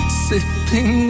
sipping